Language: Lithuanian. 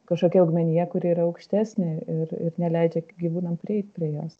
kažkokia augmenija kuri yra aukštesnė ir ir neleidžia gyvūnam prieit prie jos